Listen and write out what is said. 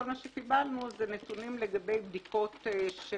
כל מה שקיבלנו זה נתונים לגבי בדיקות של